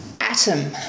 atom